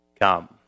Come